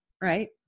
right